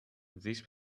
this